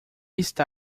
está